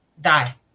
die